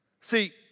See